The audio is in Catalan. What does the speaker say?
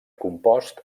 compost